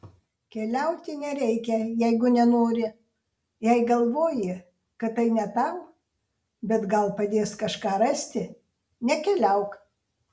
keliauti nereikia jeigu nenori jei galvoji kad tai ne tau bet gal padės kažką rasti nekeliauk